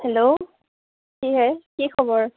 hello কিহে কি খবৰ